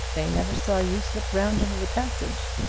they never saw you slip round into the passage.